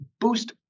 boost